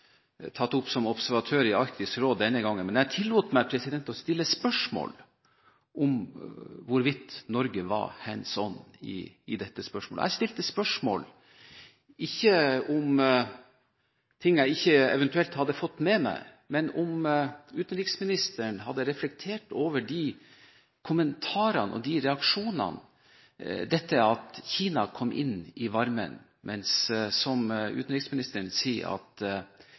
tatt opp som observatør i Arktisk råd denne gangen, men jeg tillot meg å stille spørsmål ved hvor Norge var hen i dette spørsmålet. Jeg spurte, ikke om ting jeg ikke eventuelt hadde fått med meg, men om utenriksministeren hadde reflektert over kommentarene til og reaksjonene på at Kina kom inn i varmen, mens – som utenriksministeren sier